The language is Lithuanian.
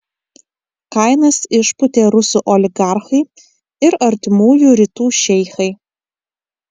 kainas išpūtė rusų oligarchai ir artimųjų rytų šeichai